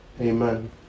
Amen